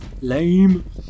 Lame